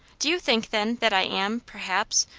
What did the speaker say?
do you think, then, that i am, perhaps,